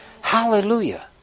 Hallelujah